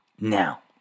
now